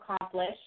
accomplish